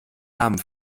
namen